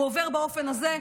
הוא עובר באופן הזה.